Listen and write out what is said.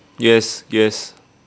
yes yes